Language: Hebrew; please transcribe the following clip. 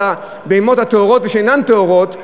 על הבהמות הטהורות ושאינן טהורות,